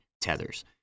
Tethers